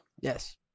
Yes